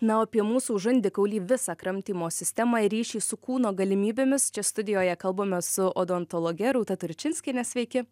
na o apie mūsų žandikaulį visą kramtymo sistemą ir ryšį su kūno galimybėmis čia studijoje kalbamės su odontologe rūta turčinskiene sveiki